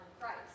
Christ